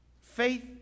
Faith